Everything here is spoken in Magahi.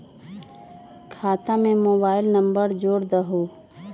खाता में मोबाइल नंबर जोड़ दहु?